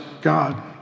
God